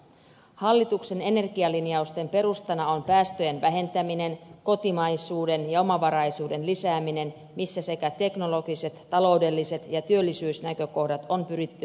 hallituksen energialinjausten perustana on päästöjen vähentäminen kotimaisuuden ja omavaraisuuden lisääminen missä sekä teknologiset taloudelliset että työllisyysnäkökohdat on pyritty huomioimaan